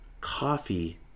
coffee